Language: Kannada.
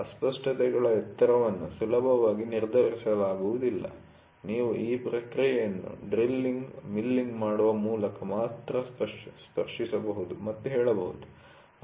ಅಸ್ಪಷ್ಟತೆಗಳ ಎತ್ತರವನ್ನು ಸುಲಭವಾಗಿ ನಿರ್ಧರಿಸಲಾಗುವುದಿಲ್ಲ ನೀವು ಈ ಪ್ರಕ್ರಿಯೆಯನ್ನು ಡ್ರಿಲ್ಲಿಂಗ್ ಮಿಲ್ಲಿಂಗ್ ಮಾಡುವ ಮೂಲಕ ಮಾತ್ರ ಸ್ಪರ್ಶಿಸಬಹುದು ಮತ್ತು ಹೇಳಬಹುದು